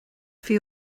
faoi